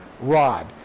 rod